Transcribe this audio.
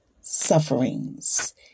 sufferings